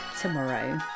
tomorrow